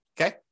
okay